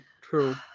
true